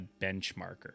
benchmarker